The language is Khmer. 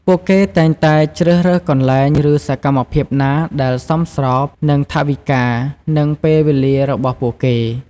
ពួកគេតែងតែជ្រើសរើសកន្លែង ឬសកម្មភាពណាដែលសមស្របនឹងថវិកា និងពេលវេលារបស់ពួកគេ។